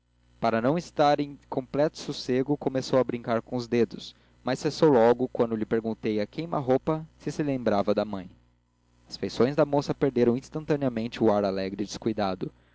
para não estar em completo sossego começou a brincar com os dedos mas cessou logo quando lhe perguntei à queima-roupa se se lembrava da mãe as feições da moça perderam instantaneamente o ar alegre e descuidado